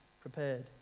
prepared